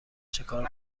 چکار